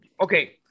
okay